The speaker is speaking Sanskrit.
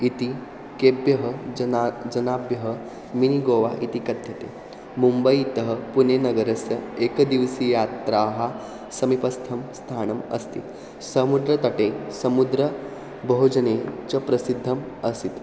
इति केभ्यः जना जनेभ्यः मिनि गोवा इति कथ्यते मुम्बैतः पुणेनगरस्य एकदिवसीय यात्रा समीपस्थं स्थानम् अस्ति समुद्रतटे समुद्रभोजने च प्रसिद्धम् आसीत्